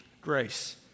grace